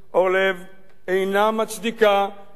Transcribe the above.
אינה מצדיקה את הצעת החוק